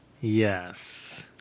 Yes